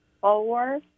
four